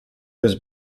was